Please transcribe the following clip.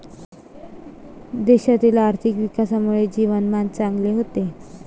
देशातील आर्थिक विकासामुळे जीवनमान चांगले होते